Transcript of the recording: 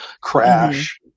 Crash